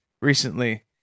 recently